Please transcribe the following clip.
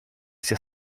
sia